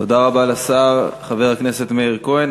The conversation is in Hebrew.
תודה רבה לשר, חבר הכנסת מאיר כהן.